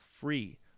free